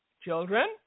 children